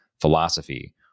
philosophy